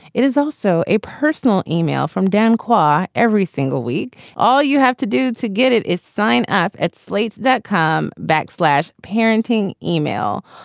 it is also a personal email from dan qua. every single week, all you have to do to get it is sign up at slate that come back flat. parenting email.